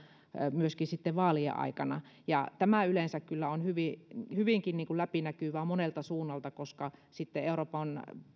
vaalien aikana tämä yleensä kyllä on hyvinkin läpinäkyvää monelta suunnalta koska euroopan